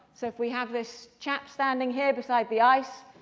so if we have this chap standing here beside the ice,